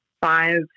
five